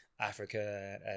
africa